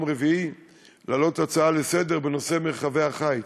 רביעי הצעה לסדר-היום בנושא מרחבי החיץ.